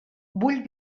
vull